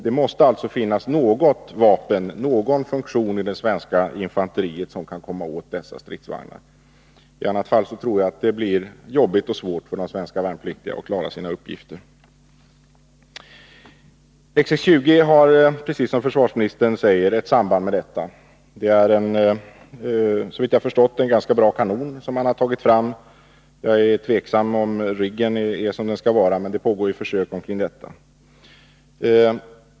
Det måste alltså finnas någon funktion i det svenska infanteriet som kan komma åt dessa stridsvagnar. I annat fall tror jag att det blir jobbigt och svårt för de svenska värnpliktiga att klara sina uppgifter. XX 20 har, precis som försvarsministern säger, ett samband med detta. Det är, såvitt jag förstår, en ganska bra kanon som man tagit fram. Jag är tveksam om riggen är som den skall vara, men det pågår ju försök kring detta.